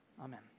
Amen